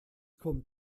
kommt